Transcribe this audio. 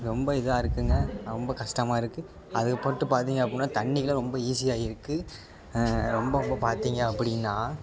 ரொம்ப இதாக இருக்குங்க ரொம்ப கஷ்டமா இருக்குது அது மட்டும் பார்த்தீங்க அப்படின்னா தண்ணிக்கெலாம் ரொம்ப ஈஸியாக இருக்குது ரொம்ப ரொம்ப பார்த்தீங்க அப்படின்னா